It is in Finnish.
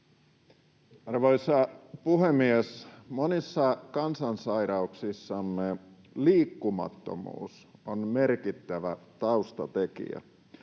Arvoisa puhemies! Monissa kansansairauksissamme liikkumattomuus on merkittävä taustatekijä.